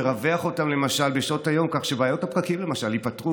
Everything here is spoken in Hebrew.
לרווח אותן למשל בשעות היום כך שבעיות הפקקים ייפתרו,